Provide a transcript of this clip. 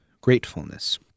gratefulness